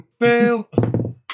Fail